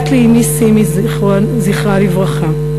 בת לאמי סימי, זכרה לברכה,